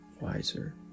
wiser